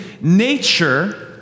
nature